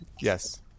Yes